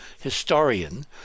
historian